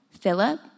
Philip